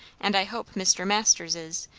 and i hope mr. masters is,